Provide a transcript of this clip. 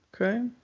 Okay